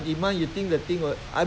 we all right now even